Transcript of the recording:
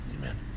Amen